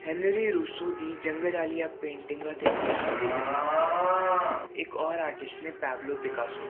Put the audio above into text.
Henry Rousseau ਦੀ ਜੰਗਲ ਵਾਲੀਆਂ ਪੇਂਟਿੰਗਾਂ ਤਾਂ ਬਹੁਤ ਹੀ ਵਧੀਆ ਹੁੰਦੀਆਂ ਨੇ ਅਤੇ ਇੱਕ ਔਰ ਆਰਟਿਸਟ ਨੇ ਪੈਬਲੋ ਬਿਕਾਸੋ